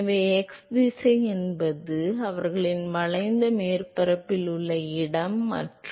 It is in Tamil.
எனவே x திசை என்பது இது அவர்களின் வளைந்த மேற்பரப்பில் உள்ள இடம் மற்றும்